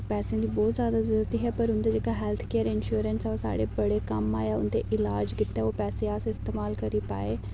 पैसे दी बहुत ज्यादा जरुरत ही पर उं'दा जेहका हैल्थ केयर इंश्योरेंस हा ओह् साढ़े बडे कम्म आया उंदा जेहका इलाज कीता ओह् पैसे अस इस्तेमाल करी पाए